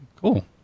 cool